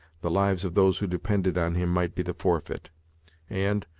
the lives of those who depended on him might be the forfeit and,